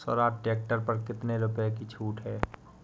Swaraj tractor पर कितनी रुपये की छूट है?